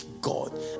God